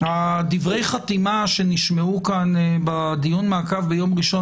דברי החתימה שנשמעו כאן בדיון מעקב ביום ראשון